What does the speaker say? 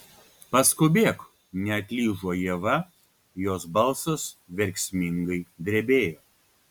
paskubėk neatlyžo ieva jos balsas verksmingai drebėjo